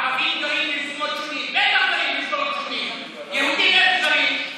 ערבים גרים, יהודים, איפה גרים?